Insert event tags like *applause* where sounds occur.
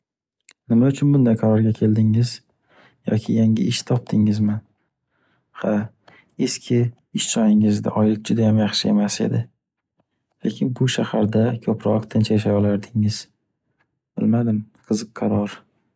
Nima uchun bunday qarorga keldingiz? Yoki yangi ish topdingizmi? Ha, *noise* eski ish joyingizda oylik judayam yaxshi emas edi, lekin bu shaharda ko’proq tinch yashay olgan bo’lardingiz. Bilmadim, qiziq qaror.